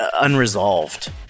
unresolved